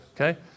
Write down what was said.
okay